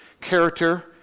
character